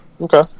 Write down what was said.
Okay